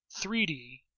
3D